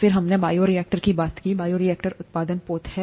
फिर हमने बायोरिएक्टर की बात की बायोरिएक्टर उत्पादन पोत हैं